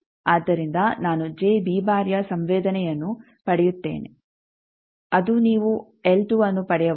ಆದ್ದರಿಂದ ನಾನು ಯ ಸಂವೇದನೆಯನ್ನು ಪಡೆಯುತ್ತೇನೆ ಅದು ನೀವು ಅನ್ನು ಪಡೆಯಬಹುದು